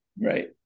right